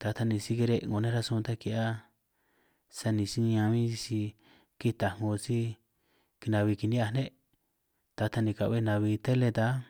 ta taj ni si kire' 'ngo nej rasun tan ki'hia, sani si siniñan bin sisi kitaj 'ngo si kina'bi kini'hiaj ne' ta taj ni ka'be nabi tele tan ánj.